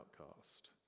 outcast